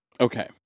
Okay